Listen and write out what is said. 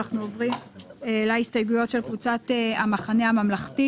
אנחנו עוברים להסתייגויות של קבוצת המחנה הממלכתי.